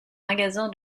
magasin